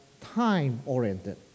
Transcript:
time-oriented